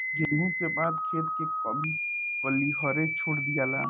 गेंहू के बाद खेत के कभी पलिहरे छोड़ दियाला